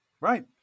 right